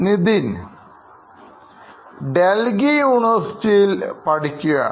Nithin Delhi യൂണിവേഴ്സിറ്റിയിൽ പഠിക്കുകയാണ്